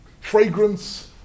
fragrance